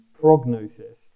prognosis